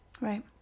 Right